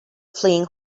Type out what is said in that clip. fleeing